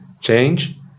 change